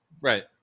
Right